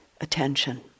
Attention